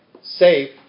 safe